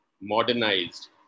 modernized